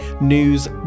News